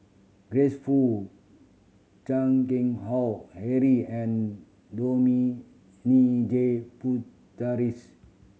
Grace Fu Chan Keng Howe Harry and Dominic J